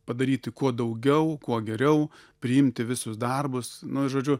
padaryti kuo daugiau kuo geriau priimti visus darbus nu žodžiu